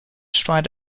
stride